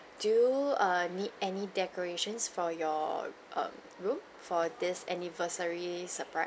do you err need any decorations for your err room for this anniversary surprise